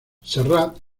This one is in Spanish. serrat